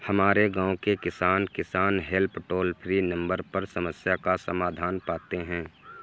हमारे गांव के किसान, किसान हेल्प टोल फ्री नंबर पर समस्या का समाधान पाते हैं